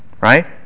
right